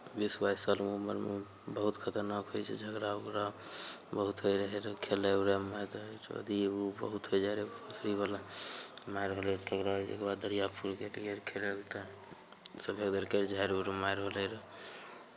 बीस बाइस सालके उमरमे बहुत खतरनाक होइ छै झगड़ा उगड़ा बहुत होइत रहय खेलय उलयमे मारि धारि ई ओ बहुत होय जाइत रहय फ्रीवला मारि भेलै तकरबाद ओकरबाद दरिया सभे देलकै जे झाड़ि उरिमे मारि भेलै